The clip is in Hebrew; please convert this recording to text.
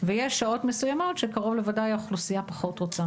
ויש שעות מסוימות שקרוב לוודאי שהאוכלוסייה פחות רוצה.